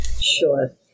Sure